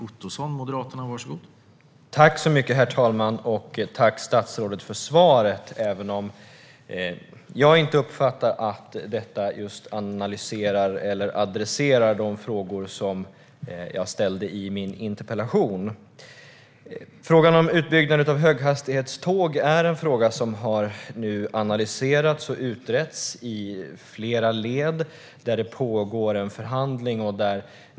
Herr talman! Jag vill tacka statsrådet för svaret även om jag inte uppfattar att det analyserar eller adresserar de frågor som jag ställde i min interpellation. Frågan om utbyggnad av höghastighetståg har analyserats och utretts i flera led. Det pågår en förhandling.